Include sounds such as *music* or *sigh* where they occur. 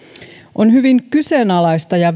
on hyvin kyseenalaista ja *unintelligible*